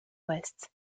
ouest